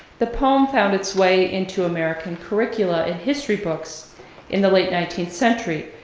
the poem found its way into american curricula and history books in the late nineteenth century,